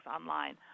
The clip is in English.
online